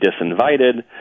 disinvited